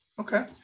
Okay